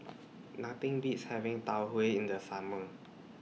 Nothing Beats having Tau Huay in The Summer